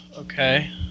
Okay